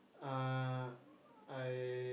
uh I